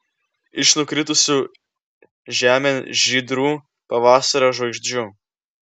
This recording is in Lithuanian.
iš nukritusių žemėn žydrų pavasario žvaigždžių